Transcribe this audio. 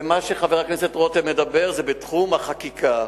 ומה שחבר הכנסת רותם מדבר עליו זה בתחום החקיקה.